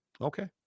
okay